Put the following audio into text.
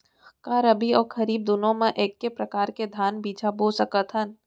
का रबि अऊ खरीफ दूनो मा एक्के प्रकार के धान बीजा बो सकत हन?